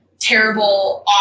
terrible